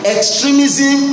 Extremism